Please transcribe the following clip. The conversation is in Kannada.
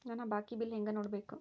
ನನ್ನ ಬಾಕಿ ಬಿಲ್ ಹೆಂಗ ನೋಡ್ಬೇಕು?